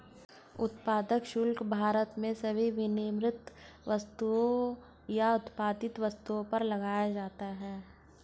उत्पाद शुल्क भारत में सभी विनिर्मित वस्तुओं या उत्पादित वस्तुओं पर लगाया जाता है